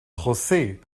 josé